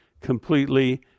completely